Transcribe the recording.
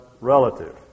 relative